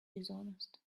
dishonest